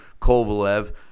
Kovalev